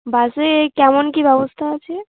বাসে কেমন কী ব্যবস্থা আছে